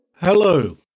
Hello